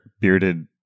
bearded